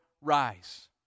rise